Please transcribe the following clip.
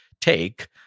take